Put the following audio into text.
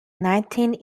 nineteenth